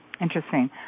interesting